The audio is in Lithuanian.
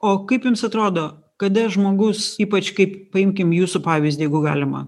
o kaip jums atrodo kada žmogus ypač kaip paimkim jūsų pavyzdį jeigu galima